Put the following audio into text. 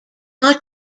not